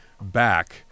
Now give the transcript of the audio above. back